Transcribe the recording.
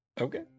Okay